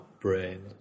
brain